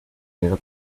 dinero